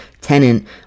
tenant